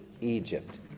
egypt